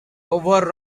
over